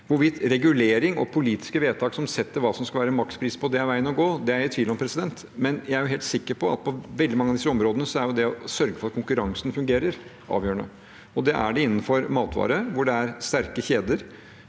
Hvorvidt regulering og politiske vedtak som setter hva som skal være en makspris på det, er veien å gå, er jeg i tvil om, men jeg er helt sikker på at på veldig mange av disse områdene er det å sørge for at konkurransen fungerer, avgjørende. Slik er det innen matvarer, hvor det er sterke kjeder